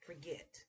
forget